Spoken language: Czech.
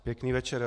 Pěkný večer.